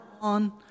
on